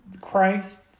Christ